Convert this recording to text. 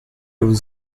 vous